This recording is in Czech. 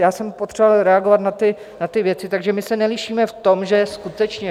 Já jsem potřeboval reagovat na ty věci, takže my se nelišíme v tom, že skutečně...